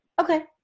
Okay